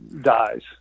dies